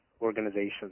organizations